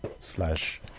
slash